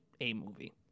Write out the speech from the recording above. A-movie